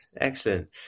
excellent